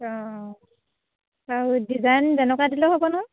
অঁ আৰু ডিজাইন যেনেকুৱা দিলেও হ'ব নহয়